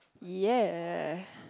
yea